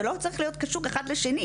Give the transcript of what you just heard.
זה לא צריך להיות קשור אחד לשני,